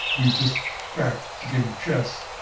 we've just cracked the game of chess,